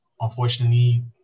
Unfortunately